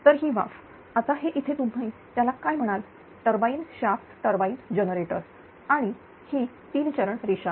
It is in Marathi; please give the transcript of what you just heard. तर ही वाफ आता हे इथे तुम्ही त्यांना काय म्हणाल टरबाइन शाफ्ट टर्बाईन जनरेटर आणि ही तीन चरण रेषा